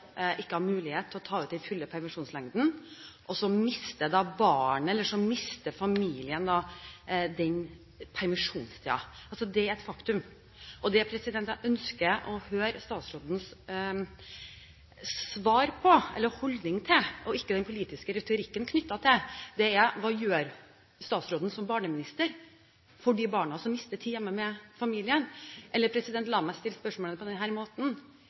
jeg ønsker å høre statsrådens svar på og holdning til – og ikke den politiske retorikken knyttet til det – er: Hva gjør statsråden som barneminister for de barna som mister tid hjemme med familien? Eller la meg stille spørsmålet på denne måten: Er statsråden villig til å se på løsninger som gjør at barn ikke mister tid hjemme, selv om far ikke har mulighet til å følge kvoteringsordningene? Hele den